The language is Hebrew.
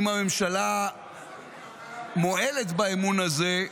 אם הממשלה מועלת באמון הזה,